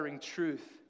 truth